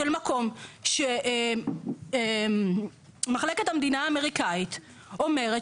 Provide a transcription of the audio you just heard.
של מקום בו מחלקת המדינה האמריקאית אומרת